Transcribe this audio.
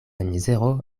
mizero